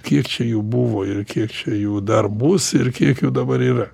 kiek čia jų buvo ir kiek čia jų dar bus ir kiek jų dabar yra